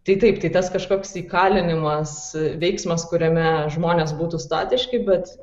tai taip tai tas kažkoks įkalinimas veiksmas kuriame žmonės būtų statiški bet